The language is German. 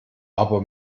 aber